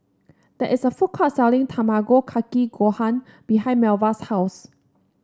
there is a food court selling Tamago Kake Gohan behind Melva's house